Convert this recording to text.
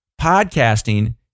podcasting